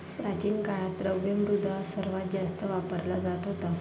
प्राचीन काळात, द्रव्य मुद्रा सर्वात जास्त वापरला जात होता